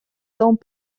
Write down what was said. temps